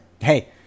Hey